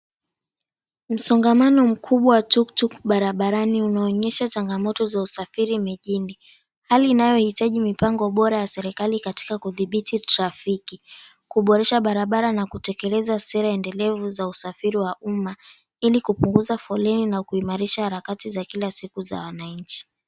Msongamano mkubwa wa tuktuk barabarani unaonyesha changamoto za usafiri mijini, hali inayohitaji mipango bora ya serikali katika kudhibiti trafiki, kuboresha barabara na kutekeleza sera endelevu za usafiri wa umma, ili kupunguza foleni na kuimarisha harakati za kila siku za wananchi.